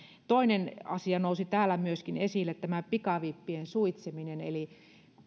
toinen asia nousi täällä myöskin esille tämä pikavippien suitsiminen eli